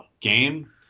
game